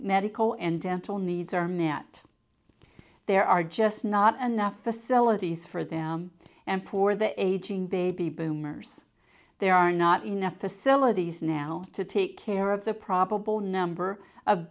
medical and dental needs are met there are just not enough facilities for them and for the aging baby boomers there are not enough facilities now to take care of the